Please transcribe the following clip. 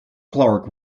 clarke